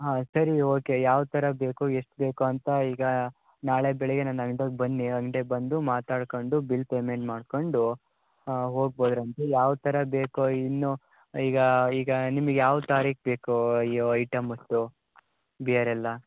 ಹಾಂ ಸರಿ ಓಕೆ ಯಾವ ಥರ ಬೇಕು ಎಷ್ಟು ಬೇಕು ಅಂತ ಈಗ ನಾಳೆ ಬೆಳಗ್ಗೆನೆ ನಾವಿದ್ದಾಗ ಬನ್ನಿ ಅಂಗಡಿಗೆ ಬಂದು ಮಾತಾಡ್ಕಂಡು ಬಿಲ್ ಪೇಮೆಂಟ್ ಮಾಡ್ಕೊಂಡು ಹೋಗ್ಬೋದರಂತೆ ಯಾವ ಥರ ಬೇಕೋ ಇನ್ನು ಈಗ ಈಗ ನಿಮ್ಗೆ ಯಾವ ತಾರಿಖು ಬೇಕು ಐಯು ಐಟಮ್ಸು ಬಿಯರೆಲ್ಲ